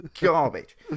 garbage